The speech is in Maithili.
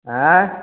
आयँ